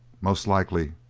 most likely.